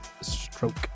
Stroke